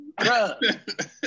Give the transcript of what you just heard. bruh